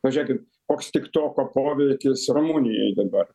pažėkit koks tiktoko poveikis rumunijoj dabar